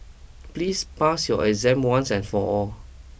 please pass your exam once and for all